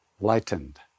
lightened